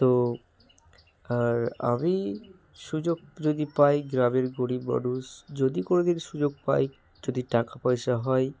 তো আর আমি সুযোগ যদি পাই গ্রামের গরিব মানুষ যদি কোনো দিন সুযোগ পাই যদি টাকা পয়সা হয়